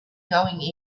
going